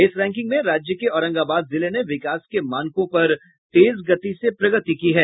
इस रैंकिंग में राज्य के औरंगाबाद जिले ने विकास के मानकों पर तेज गति से प्रगति की है